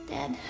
Dead